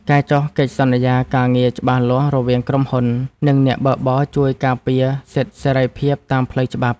ការចុះកិច្ចសន្យាការងារច្បាស់លាស់រវាងក្រុមហ៊ុន និងអ្នកបើកបរជួយការពារសិទ្ធិសេរីភាពតាមផ្លូវច្បាប់។